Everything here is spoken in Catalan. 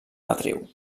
matriu